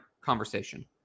conversation